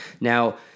Now